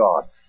God